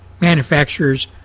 manufacturers